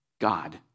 God